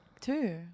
two